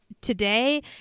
today